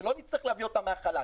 ולא נצטרך להביא אותם מהחל"ת.